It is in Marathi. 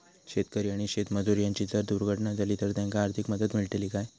शेतकरी आणि शेतमजूर यांची जर दुर्घटना झाली तर त्यांका आर्थिक मदत मिळतली काय?